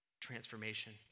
transformation